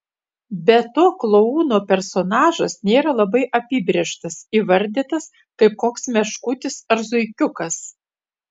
be to klouno personažas nėra labai apibrėžtas įvardytas kaip koks meškutis ar zuikiukas